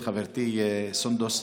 את חברתי סונדוס.